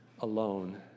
alone